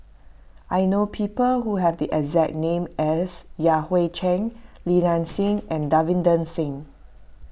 I know people who have the exact name as Yan Hui Chang Li Nanxing and Davinder Singh